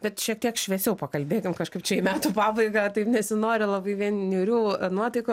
bet šiek tiek šviesiau pakalbėkim kažkaip čia į metų pabaigą taip nesinori labai vien niūrių nuotaikų